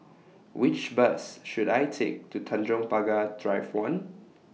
Which Bus should I Take to Tanjong Pagar Drive one